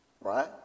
Right